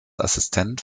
assistent